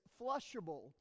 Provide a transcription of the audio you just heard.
flushable